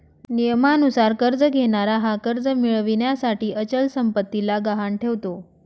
नियमानुसार कर्ज घेणारा हा कर्ज मिळविण्यासाठी अचल संपत्तीला गहाण ठेवतो